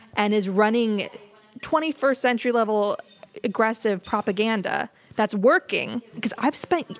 and is running twenty first century-level aggressive propaganda that's working. because i've spent,